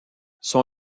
son